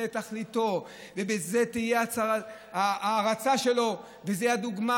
תכליתו ובזה תהיה ההערצה שלו וזו תהיה הדוגמה,